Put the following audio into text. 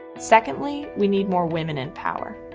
secondly, we need more women in power.